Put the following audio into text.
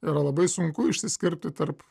yra labai sunku išsiskirti tarp